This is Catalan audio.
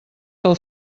pel